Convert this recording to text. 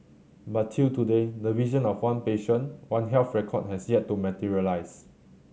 but till today the vision of one patient One Health record has yet to materialise